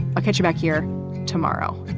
i'll catch you back here tomorrow